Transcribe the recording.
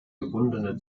gebundene